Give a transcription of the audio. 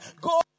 Go